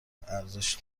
ارزش